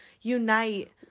unite